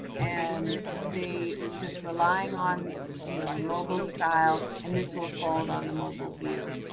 and they just relying on you know mobile style and this will fold on the mobile view.